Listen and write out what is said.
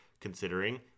considering